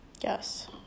yes